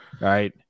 right